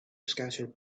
scattered